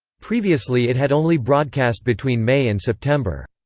previously it had only broadcast between may and september.